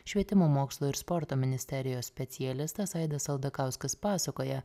švietimo mokslo ir sporto ministerijos specialistas aidas aldakauskas pasakoja